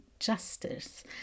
justice